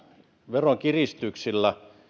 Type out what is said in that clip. veronkiristyksillä